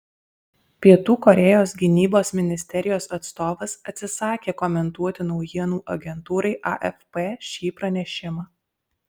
pietų korėjos gynybos ministerijos atstovas atsisakė komentuoti naujienų agentūrai afp šį pranešimą